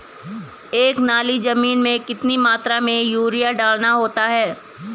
एक नाली जमीन में कितनी मात्रा में यूरिया डालना होता है?